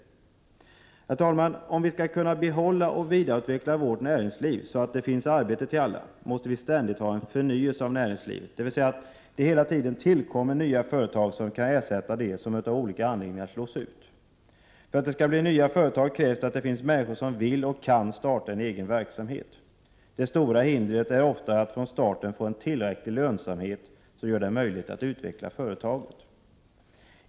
Herr talman! Om vi skall kunna behålla och vidareutveckla vårt näringsliv så att det finns arbete till alla, måste vi ha en ständig förnyelse av näringslivet. Det måste hela tiden tillkomma nya företag som kan ersätta de som av olika anledningar slås ut. För att det skall bli nya företag krävs att det finns människor som vill och kan starta en egen verksamhet. Det stora hindret är ofta att från starten få en tillräcklig lönsamhet som gör det möjligt att utveckla företaget.